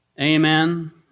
amen